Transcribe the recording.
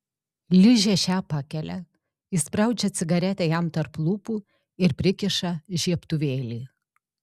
ližė šią pakelia įspraudžia cigaretę jam tarp lūpų ir prikiša žiebtuvėlį